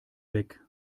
weg